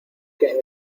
que